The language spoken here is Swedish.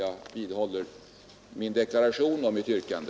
Jag vidhåller min deklaration och mitt yrkande.